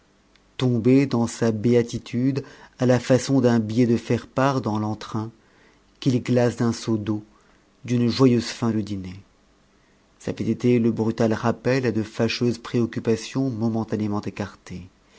tombée dans sa béatitude à la façon d'un billet de faire part dans l'entrain qu'il glace d'un seau d'eau d'une joyeuse fin de dîner ç'avait été le brutal rappel à de fâcheuses préoccupations momentanément écartées